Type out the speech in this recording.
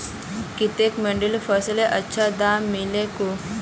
की तोक मंडीत फसलेर अच्छा दाम मिलील कु